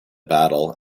battle